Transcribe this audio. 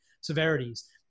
severities